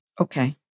Okay